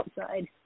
outside